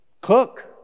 Cook